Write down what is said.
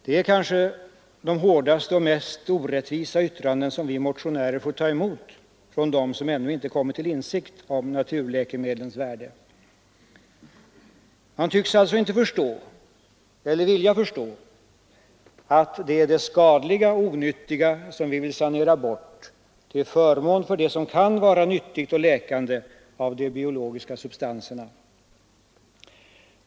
Det är kanske det hårdaste och mest orättvisa yttrande som vi motionärer får ta emot från dem som ännu inte har kommit till insikt om naturläkemedlens värde. Man tycks inte förstå — eller vilja förstå — att det är det skadliga och onyttiga som vi vill sanera bort till förmån för det som kan vara nyttigt och läkande av de biologiska substanserna.